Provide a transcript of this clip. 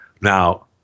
Now